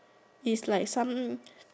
is like some